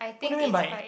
what do you mean by